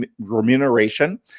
remuneration